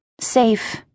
safe